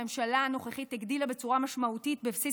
הממשלה הנוכחית הגדילה בצורה משמעותית בבסיס